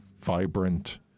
vibrant